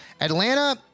Atlanta